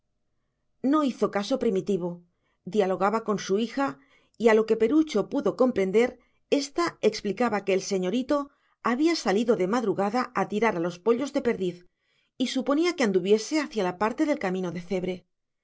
no hizo caso primitivo dialogaba con su hija y a lo que perucho pudo comprender ésta explicaba que el señorito había salido de madrugada a tirar a los pollos de perdiz y suponía que anduviese hacia la parte del camino de cebre